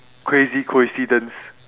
crazy coincidence